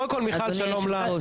קודם כול, מיכל, שלום לך.